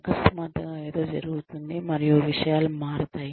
అకస్మాత్తుగా ఏదో జరుగుతుంది మరియు విషయాలు మారుతాయి